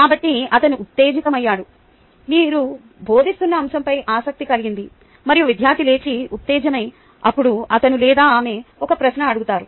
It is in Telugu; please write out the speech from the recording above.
కాబట్టి అతను ఉత్తేజితమయ్యాడు మీరు బోధిస్తున్న అంశంపై ఆసక్తి కలిగింది మరియు విద్యార్థి లేచి ఉత్తేజమై అప్పుడు అతను లేదా ఆమె ఒక ప్రశ్న అడుగుతారు